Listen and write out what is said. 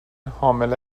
حامله